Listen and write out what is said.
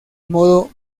modo